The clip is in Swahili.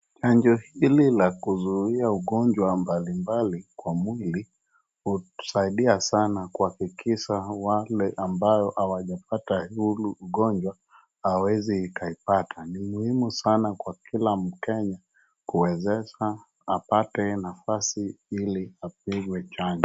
Chanjo hii ya kuzuia ugonjwa mbalimbali kwa mwili, husaidia sana kuhakikisha wale ambao hawajapata huu ugonjwa hawaezi kuipata. Ni muhimu sana kwa kila mkenya kuwezesha apate nafasi ili apewe chanjo.